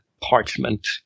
parchment